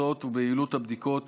לתוצאות וליעילות הבדיקות